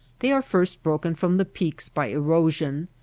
they are first broken from the peaks by erosion,